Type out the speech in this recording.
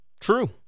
True